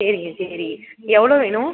சரிங்க சரி எவ்வளோ வேணும்